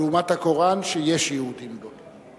לעומת הקוראן, שיש יהודים בו.